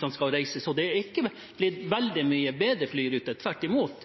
som skal reise. Så det er ikke blitt veldig mye bedre flyruter, tvert imot,